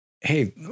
hey